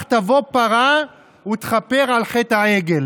כך תבוא פרה ותכפר על חטא העגל.